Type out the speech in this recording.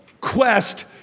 quest